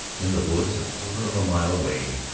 in the woods, a quarter of a mile away,